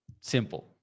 simple